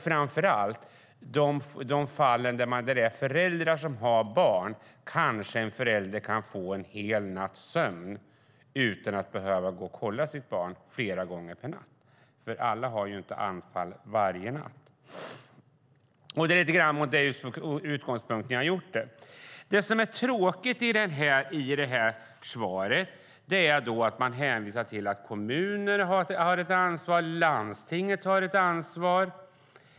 Framför allt gäller det när barn har epilepsi. Då kan föräldrarna kanske få en hel natts sömn ibland, alltså utan att behöva kolla barnet flera gånger per natt. Alla får ju inte anfall varje natt. Det är utgångspunkten för min interpellation. Det tråkiga i svaret är att man hänvisar till att kommuner har ett ansvar och att landstinget har ett ansvar.